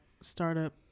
startup